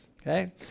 Okay